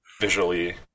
visually